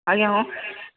ଆଜ୍ଞା ହଁ